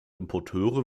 importeure